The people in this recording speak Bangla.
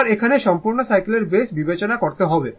আবার এখানে সম্পূর্ণ সাইকেলের বেস বিবেচনা করতে হবে